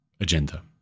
agenda